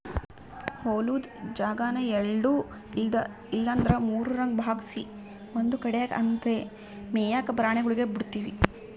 ಹೊಲುದ್ ಜಾಗಾನ ಎಲ್ಡು ಇಲ್ಲಂದ್ರ ಮೂರುರಂಗ ಭಾಗ್ಸಿ ಒಂದು ಕಡ್ಯಾಗ್ ಅಂದೇ ಮೇಯಾಕ ಪ್ರಾಣಿಗುಳ್ಗೆ ಬುಡ್ತೀವಿ